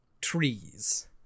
trees